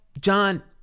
John